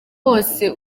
hose